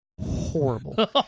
horrible